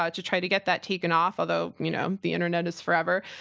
ah to try to get that taken off, although you know the internet is forever.